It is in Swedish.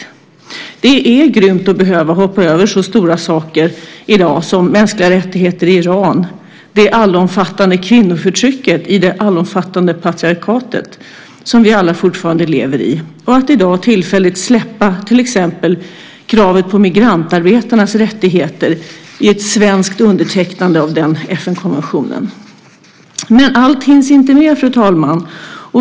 Det är grymt att i dag behöva hoppa över så stora saker som mänskliga rättigheter i Iran, det allomfattande kvinnoförtrycket i det allomfattande patriarkat som vi fortfarande lever i och att i dag tillfälligt släppa kravet på migrantarbetarnas rättigheter i ett svenskt undertecknande av FN-konventionen. Men allt hinns inte med, fru talman.